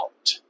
out